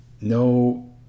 no